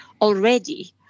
already